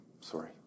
sorry